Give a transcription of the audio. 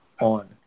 on